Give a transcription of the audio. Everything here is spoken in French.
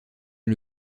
est